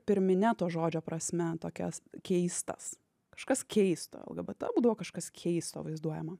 pirmine to žodžio prasme tokias keistas kažkas keisto lgbt būdavo kažkas keisto vaizduojama